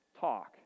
talk